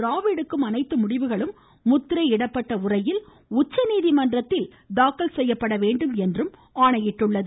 ராவ் எடுக்கும் அனைத்து முடிவுகளும் முத்திரையிடப்பட்ட உரையில் உச்சநீதிமன்றத்தில் தாக்கல் செய்யப்பட வேண்டும் என்றும் ஆணையிட்டுள்ளது